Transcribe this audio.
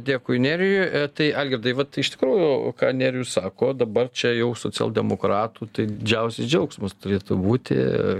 dėkui nerijų tai algirdai vat iš tikrųjų ką nerijus sako dabar čia jau socialdemokratų tai džiausias džiaugsmas turėtų būti